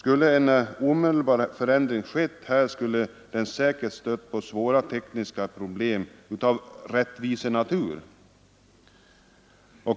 Om en omedelbar förändring hade skett här, skulle den säkert ha stött på svåra tekniska problem av rättvisenatur.